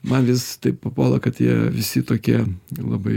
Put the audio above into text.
man vis taip papuola kad jie visi tokie labai